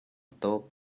tuk